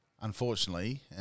Unfortunately